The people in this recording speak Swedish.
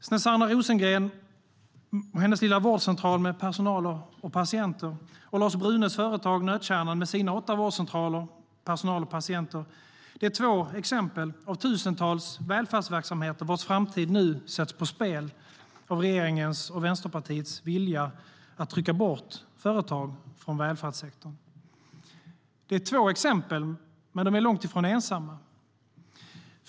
Snezana Rosengren och hennes lilla vårdcentral med personal och patienter och Lars Brunes företag Nötkärnan med sina åtta vårdcentraler, personal och patienter är två exempel bland tusentals välfärdsverksamheter vars framtid nu sätts på spel av regeringens och Vänsterpartiets vilja att trycka bort företag från välfärdssektorn. Det är två exempel, men de är långt ifrån ensamma.